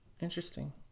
Interesting